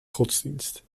godsdienst